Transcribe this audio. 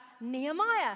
Nehemiah